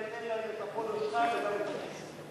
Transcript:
תן להם את הפוליו שלך וגם את הכסף.